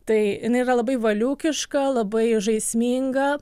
tai jinai yra labai valiūkiška labai žaisminga